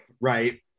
right